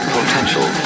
potential